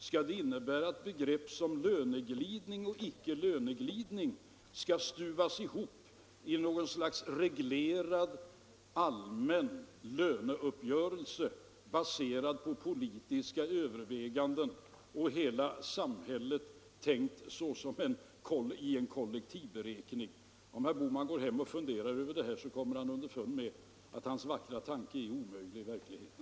Skall det innebära att begrepp som löneglidning och icke löneglidning skall stuvas ihop i något slags reglerad allmän löneuppgörelse, baserad på politiska överväganden, och att man skall tänka sig en kollektivberäkning för hela samhället? Går herr Bohman hem och funderar över detta skall han komma underfund med att hans vackra tanke är omöjlig i verkligheten.